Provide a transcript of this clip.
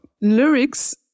lyrics